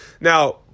Now